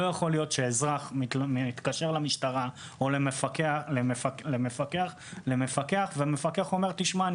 לא יכול להיות שאזרח מתקשר למשטרה או למפקח והמפקח אומר: סליחה,